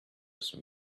some